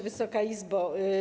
Wysoka Izbo!